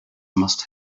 must